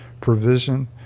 provision